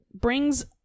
brings